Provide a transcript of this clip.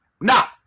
Now